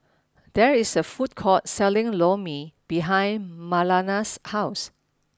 there is a food court selling Lor Mee behind Marlana's house